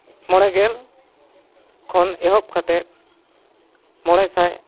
ᱢᱚᱬᱮ ᱜᱮᱞ ᱠᱷᱚᱱ ᱮᱦᱚᱵ ᱠᱟᱛᱮᱫ ᱢᱚᱬᱮ ᱥᱟᱭ